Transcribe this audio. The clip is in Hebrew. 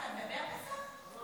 לרשותך שלוש דקות.